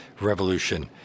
revolution